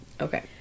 Okay